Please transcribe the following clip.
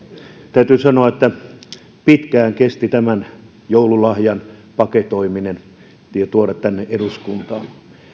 täytyy sanoa että pitkään kesti tämän joululahjan paketoiminen ja tuoda se tänne eduskuntaan